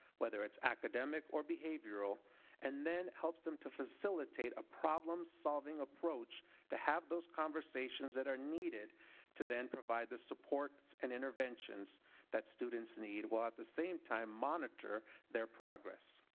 whether it is academic or behavioral and then helps them to facilitate a problem solving approach to have those conversations that are needed to then provide the support and interventions that students need while at the same time monitor their progress.